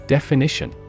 Definition